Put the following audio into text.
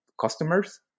customers